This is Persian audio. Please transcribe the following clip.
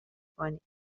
کنید